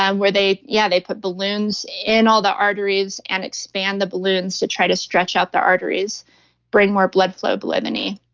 um where they yeah they put balloons in all the arteries and expand the balloons to try to stretch out the arteries bring more blood flow below the knee.